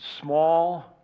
small